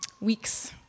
weeks